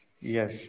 Yes